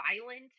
violent